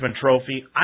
Trophy